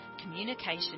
communication